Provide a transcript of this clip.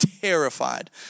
terrified